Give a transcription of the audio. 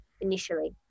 initially